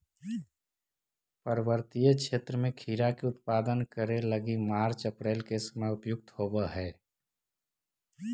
पर्वतीय क्षेत्र में खीरा के उत्पादन करे लगी मार्च अप्रैल के समय उपयुक्त होवऽ हई